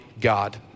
God